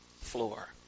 floor